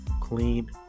clean